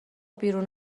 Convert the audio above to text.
بیرون